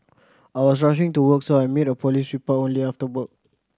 I was rushing to work so I made a police report only after work